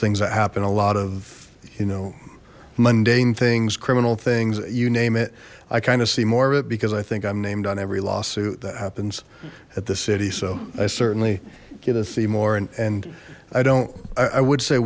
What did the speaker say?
ings that happen a lot of you know mundane things criminal things you name it i kind of see more of it because i think i'm named on every lawsuit that happens at the city so i certainly get to see more and i don't i would say